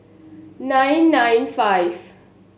nine nine five